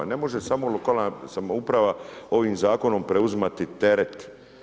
Ne može samo lokalna samouprava ovim zakonom preuzimati teret.